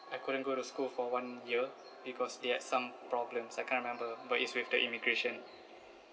I couldn't go to school for one year because they had some problems I can't remember but it's with the immigration